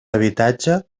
habitatge